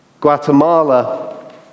Guatemala